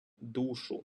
душу